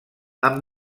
amb